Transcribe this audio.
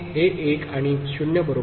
हे 1 आणि 0 बरोबर